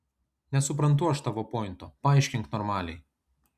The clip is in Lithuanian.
nesuprantu aš tavo pointo paaiškink normaliai